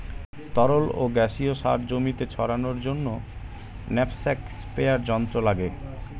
তরল ও গ্যাসীয় সার জমিতে ছড়ানোর জন্য ন্যাপস্যাক স্প্রেয়ার যন্ত্র লাগে